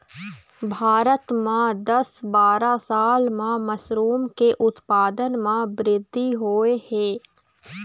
भारत म दस बारा साल म मसरूम के उत्पादन म बृद्धि होय हे